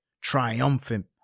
triumphant